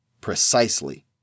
Precisely